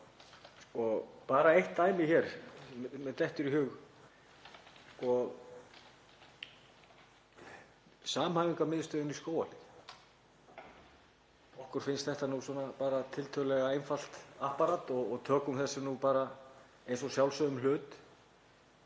Bara eitt dæmi sem mér dettur í hug er samhæfingarmiðstöðin í Skógarhlíð. Okkur finnst þetta nú bara tiltölulega einfalt apparat og tökum þessu eins og sjálfsögðum hlut.